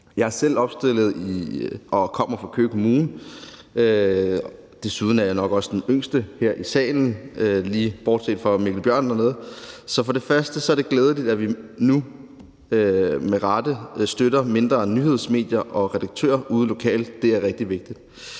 Jeg er selv opstillet i og kommer fra Køge. Desuden er jeg nok også den yngste her i salen, lige bortset fra Mikkel Bjørn. Så for det første er det glædeligt, at vi nu med rette støtter nogle mindre nyhedsmedier og redaktører ude lokalt. Det er rigtig vigtigt.